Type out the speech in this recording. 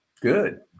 Good